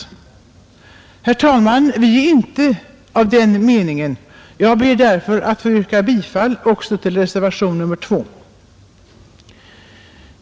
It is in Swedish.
Herr talman! Vi är inte av den meningen, och jag ber därför att få yrka bifall också till reservationen 2.